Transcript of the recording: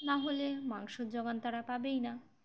না হলে মাংসের জোগান তারা পাবেই না